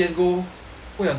会很多 skin 吗